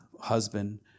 husband